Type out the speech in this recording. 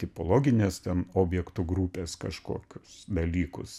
tipologinės ten objektų grupės kažkokius dalykus